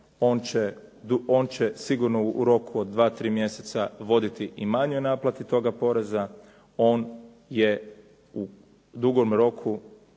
on će sigurno u roku od 2, 3 mjeseca voditi i manjoj naplati toga poreza. On je u dugom roku,